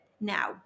now